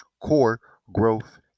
core-growth